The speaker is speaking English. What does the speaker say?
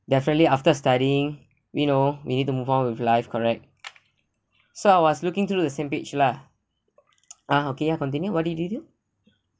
definitely after studying we know we need to move on with life correct so I was looking through the same page lah ah okay ya continue what did you do